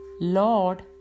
Lord